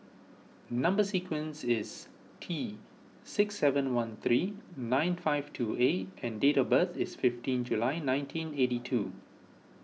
Number Sequence is T six seven one three nine five two A and date of birth is fifteen July nineteen eighty two